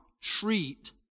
treat